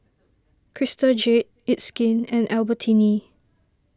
Crystal Jade It's Skin and Albertini